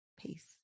Peace